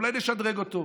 אולי נשדרג אותו.